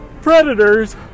predators